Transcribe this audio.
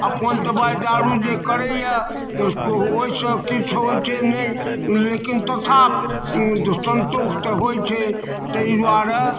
अपन दवाइ दारू जे करैया ओहिसँ किछु होइत छै नहि लेकिन तथापि संतोष तऽ होइत छै तहि दुआरे